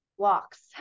walks